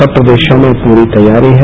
सब प्रदेशों में पूरी तैयारी है